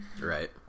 Right